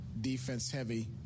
defense-heavy